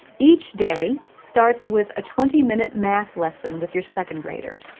each day starts with a twenty minute math lesson with your second grader.